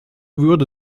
würde